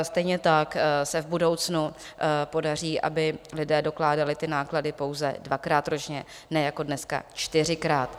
Stejně tak se v budoucnu podaří, aby lidé dokládali ty náklady pouze dvakrát ročně, ne jako dneska čtyřikrát.